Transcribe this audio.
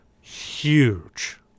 Huge